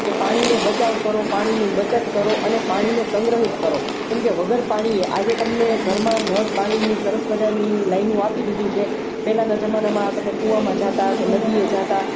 કે પાણીને બચાવ કરો પાણીનું બચત કરો અને પાણીને સંગ્રહિત કરો કેમકે વગર પાણીએ આજે તમને ઘરમાં નળ પાણીની સરસ મજાની લાઈનો આપી દીધી છે પહેલાના જમાનામાં તમે કૂવામાં જાતા કે નદીએ જતા